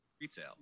retail